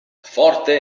forte